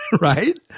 right